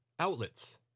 outlets